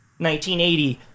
1980